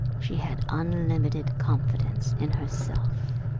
she had unlimited confidence in herself.